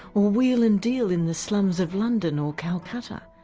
or wheel and deal in the slums of london or calcutta.